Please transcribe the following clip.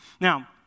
Now